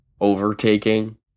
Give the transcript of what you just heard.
overtaking